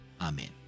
Amen